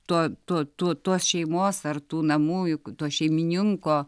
to tu tu tos šeimos ar tų namų juk to šeimininko